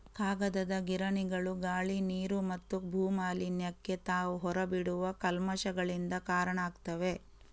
ಕಾಗದದ ಗಿರಣಿಗಳು ಗಾಳಿ, ನೀರು ಮತ್ತು ಭೂ ಮಾಲಿನ್ಯಕ್ಕೆ ತಾವು ಹೊರ ಬಿಡುವ ಕಲ್ಮಶಗಳಿಂದ ಕಾರಣ ಆಗ್ತವೆ